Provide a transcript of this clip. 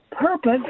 purpose